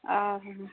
ও